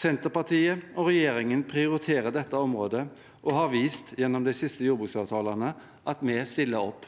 Senterpartiet og regjeringen prioriterer dette området og har vist gjennom de siste jordbruksavtalene at vi stiller opp.